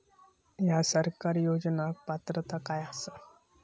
हया सरकारी योजनाक पात्रता काय आसा?